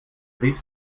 rief